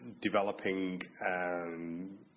developing